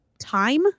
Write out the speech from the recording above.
time